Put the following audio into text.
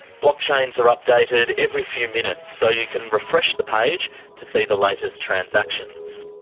blockchains are updated every few minutes, so you can refresh the page to see the latest transactions.